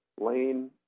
Lane